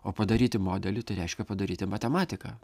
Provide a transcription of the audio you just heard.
o padaryti modelį tai reiškia padaryti matematiką